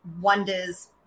wonders